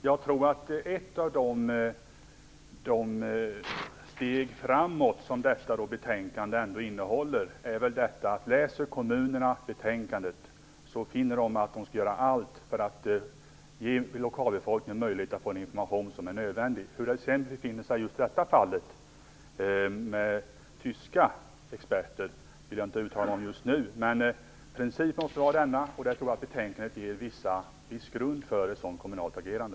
Herr talman! Jag tror att ett av de steg framåt som detta betänkande innebär är att om kommunerna läser betänkandet, finner de att de skall göra allt för att ge lokalbefolkningen möjlighet att få den information som är nödvändig. Hur det förhåller sig i just detta fall med den tyska experten vill jag inte uttala mig om just nu. Men principen måste vara denna, och jag tror att betänkandet ger viss grund för ett sådant kommunalt agerande.